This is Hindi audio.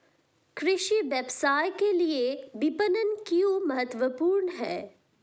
कृषि व्यवसाय के लिए विपणन क्यों महत्वपूर्ण है?